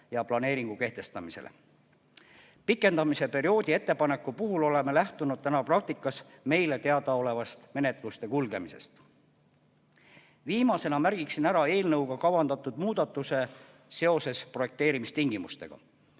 ja planeeringu kehtestamisele. Pikendamise perioodi ettepaneku puhul oleme lähtunud täna praktikas meile teadaolevast menetluste kulgemisest. Viimasena märgiksin ära eelnõuga kavandatud muudatuse seoses projekteerimistingimustega.